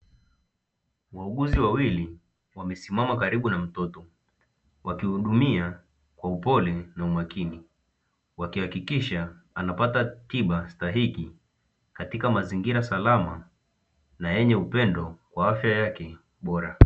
Wauguzi wawili wamesimama karibu na mtoto wakihudumia kwa upole na umakini, wakihakikisha anapata tiba stahiki katika mazingira salama na yenye upendo kwa afya yake bora.